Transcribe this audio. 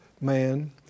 man